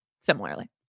similarly